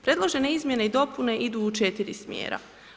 Predložene izmjene i dopune idu u 4 smjera.